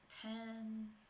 ten